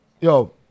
yo